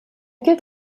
gilt